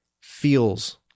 feels